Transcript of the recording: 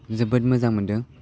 जोबोद मोजां मोनदों